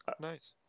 Nice